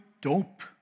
dope